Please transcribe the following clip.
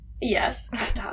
Yes